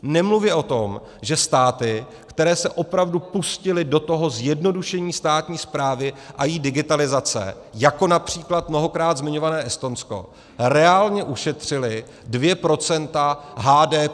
Nemluvě o tom, že státy, které se opravdu pustily do toho zjednodušení státní správy a její digitalizace, jako například mnohokrát zmiňované Estonsko, reálně ušetřily 2 % HDP.